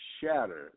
shatter